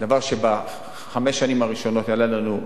דבר שבחמש השנים הראשונות יעלה לנו,